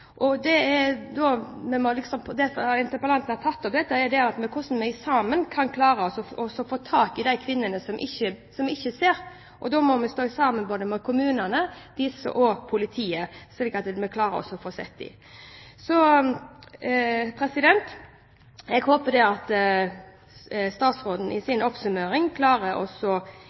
Det interpellanten har tatt opp, er hvordan vi sammen kan klare å få tak i de kvinnene vi ikke ser. Da må vi stå sammen med kommunene og politiet, slik at vi klarer å se dem. Jeg håper at statsråden i sin oppsummering klarer å se ikke bare Fremskrittspartiets program, men også